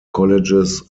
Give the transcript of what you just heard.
colleges